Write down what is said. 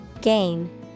gain